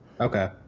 okay